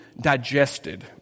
digested